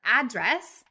address